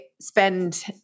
spend